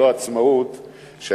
לא עצמאות לנגיד,